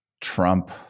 Trump